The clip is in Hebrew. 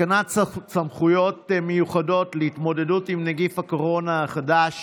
תקנות סמכויות מיוחדות להתמודדות עם נגיף הקורונה החדש